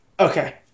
Okay